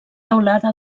teulada